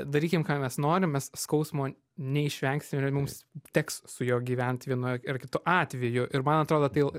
darykim ką mes norim mes skausmo neišvengsime mums teks su juo gyvent vienu ar kitu atveju ir man atrodo tai